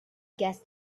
gas